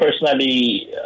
personally